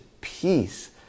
peace